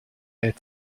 est